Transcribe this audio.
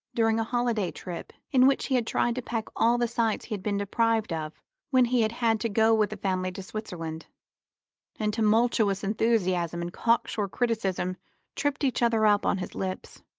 during a holiday trip in which he had tried to pack all the sights he had been deprived of when he had had to go with the family to switzerland and tumultuous enthusiasm and cock-sure criticism tripped each other up on his lips.